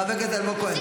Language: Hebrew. חבר הכנסת אלמוג כהן.